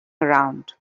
around